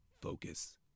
focus